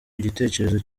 igitekerezo